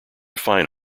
fine